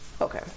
Okay